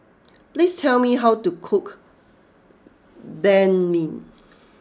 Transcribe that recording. please tell me how to cook Banh Mi